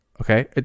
Okay